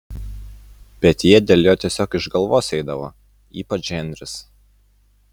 bet jie dėl jo tiesiog iš galvos eidavo ypač henris